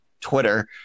Twitter